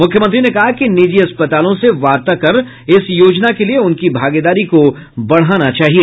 मुख्यमंत्री ने कहा कि निजी अस्पतालों से वार्ता करके इस योजना के लिए उनकी भागीदारी को बढ़ाना चाहिए